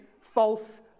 false